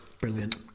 brilliant